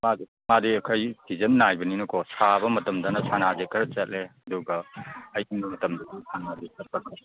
ꯃꯥꯗꯤ ꯈꯔ ꯁꯤꯖꯟ ꯅꯥꯏꯕꯅꯤꯅꯀꯣ ꯁꯥꯕ ꯃꯇꯝꯗꯅ ꯁꯅꯥꯁꯦ ꯈꯔ ꯆꯠꯂꯦ ꯑꯗꯨꯒ ꯑꯏꯪꯕ ꯃꯇꯝꯗꯗꯤ ꯁꯅꯥꯁꯦ ꯆꯠꯇꯕ